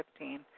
2015